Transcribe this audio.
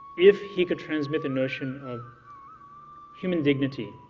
if he could transmit the notion of human dignity,